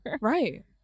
Right